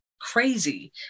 Crazy